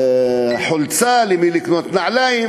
לקנות חולצה, למי לקנות נעליים